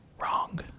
wrong